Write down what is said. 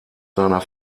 seiner